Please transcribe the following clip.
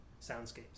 soundscapes